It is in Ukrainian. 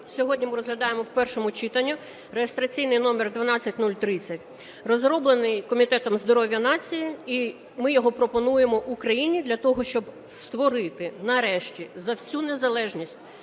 сьогодні ми розглядаємо в першому читанні (реєстраційний номер 12030), розроблений Комітетом здоров'я нації. І ми його пропонуємо Україні для того, щоб створити нарешті за всю незалежність